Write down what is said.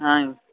ఆయి